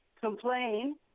complain